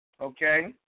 okay